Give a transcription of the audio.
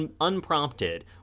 unprompted